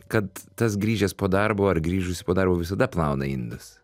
kad tas grįžęs po darbo ar grįžusi po darbo visada plauna indus